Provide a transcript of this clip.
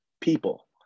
people